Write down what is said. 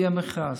יהיה מכרז.